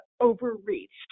overreached